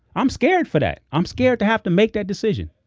i'm scared for that. i'm scared to have to make that decision